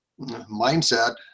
mindset